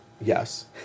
yes